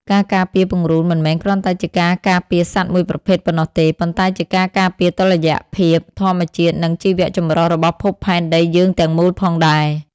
ការការពារពង្រូលមិនមែនគ្រាន់តែជាការការពារសត្វមួយប្រភេទប៉ុណ្ណោះទេ ប៉ុន្តែជាការការពារតុល្យភាពធម្មជាតិនិងជីវចម្រុះរបស់ភពផែនដីយើងទាំងមូលផងដែរ។